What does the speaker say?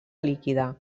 líquida